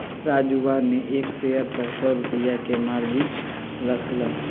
राजूवा ने एक शेयर पर सौ रुपया के मार्जिन रख लय